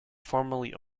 formerly